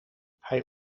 hij